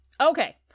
Okay